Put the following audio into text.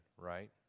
right